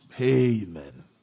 Amen